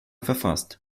verfasst